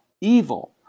evil